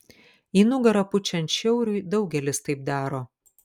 į nugarą pučiant šiauriui daugelis taip daro